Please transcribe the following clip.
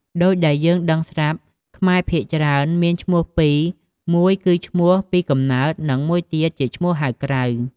ដូចដែលយើងដឹងស្រាប់ ខ្មែរភាគច្រើនមានឈ្មោះពីរ មួយគឺឈ្មោះពីកំណើត និង មួយទៀតជាឈ្មោះហៅក្រៅ។